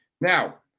Now